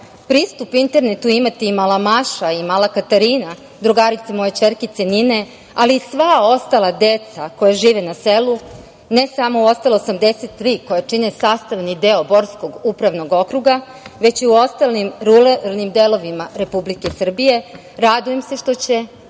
pristup internetu imati i mala Maša i mala Katarina, drugarice moje ćerkice Nine, ali i sva ostala deca koja žive na selu, ne samo u ostala 83 koja čine sastavni deo Borskog upravnog okruga, već i u ostalim ruralnim delovima Republike Srbije, radujem se što će,